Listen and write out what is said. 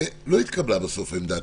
ולא התקבלה בסוף העמדה